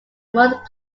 malt